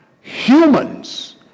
Humans